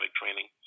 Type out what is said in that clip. training